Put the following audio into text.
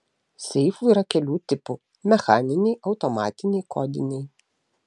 seifų yra kelių tipų mechaniniai automatiniai kodiniai